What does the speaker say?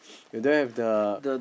you don't the